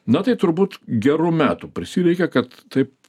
na tai turbūt gerų metų prisireikė kad taip